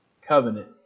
covenant